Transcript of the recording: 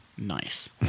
nice